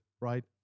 right